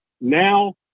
now